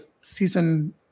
season